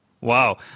Wow